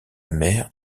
mer